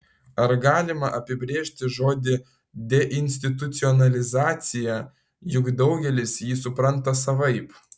ar galima apibrėžti žodį deinstitucionalizacija juk daugelis jį supranta savaip